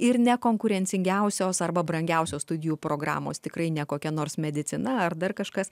ir nekonkurencingiausios arba brangiausios studijų programos tikrai ne kokia nors medicina ar dar kažkas